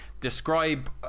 describe